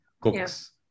cooks